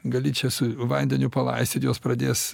gali čia su vandeniu palaistyt jos pradės